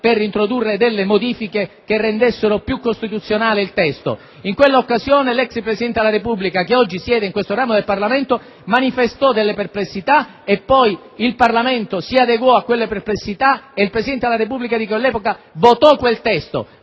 parte, introducendo modifiche che rendessero più costituzionale il testo. In quell'occasione il Presidente della Repubblica, che oggi siede in questo ramo del Parlamento, manifestò delle perplessità; successivamente il Parlamento si adeguò a quelle perplessità ed il Presidente della Repubblica promulgò quel testo.